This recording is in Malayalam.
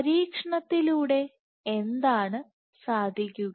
പരീക്ഷണത്തിലൂടെ എന്താണ് സാധിക്കുക